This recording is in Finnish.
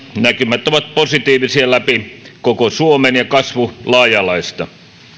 näkymät ovat positiivisia läpi koko suomen ja kasvu laaja alaista